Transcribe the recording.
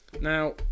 Now